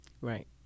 Right